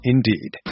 Indeed